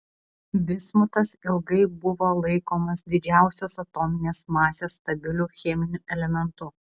bismutas ilgai buvo laikomas didžiausios atominės masės stabiliu cheminiu elementu